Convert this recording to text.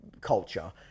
culture